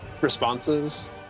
responses